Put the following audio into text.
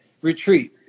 retreat